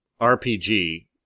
RPG